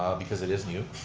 because it is new.